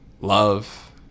love